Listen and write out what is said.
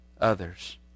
others